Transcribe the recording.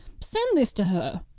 send this to her.